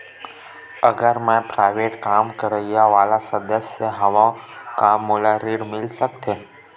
अगर मैं प्राइवेट काम करइया वाला सदस्य हावव का मोला ऋण मिल सकथे?